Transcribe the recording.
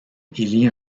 élit